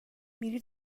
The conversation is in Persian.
میری